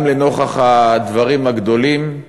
גם לנוכח הדברים הגדולים,